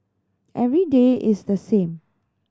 every day is the same